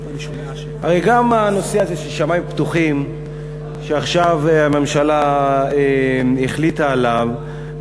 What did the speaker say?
הרי גם הנושא של "שמים פתוחים" שעכשיו הממשלה החליטה עליו,